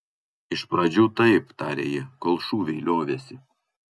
iš pradžių taip tarė ji kol šūviai liovėsi